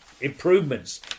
improvements